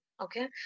Okay